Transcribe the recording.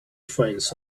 finds